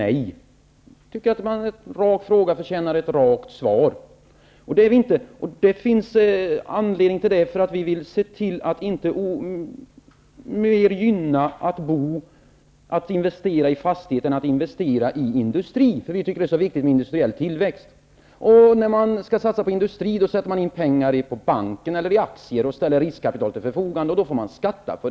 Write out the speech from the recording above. En rak fråga förtjänar ett rakt svar. Det finns anledning till vårt nej. Vi vill nämligen se till att man inte speciellt gynnar boendet, dvs. inte investerar mer i fastigheter än i industri. Vi tycker att det är mycket viktigt med industriell tillväxt. När man skall satsa på industri sätter man in pengar på banken, eller köper aktier, ställer alltså riskkapital till förfogande, och det får man skatta för.